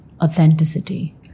authenticity